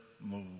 move